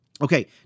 Okay